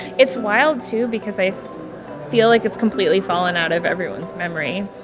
it's wild too because i feel like it's completely fallen out of everyone's memory